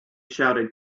shouted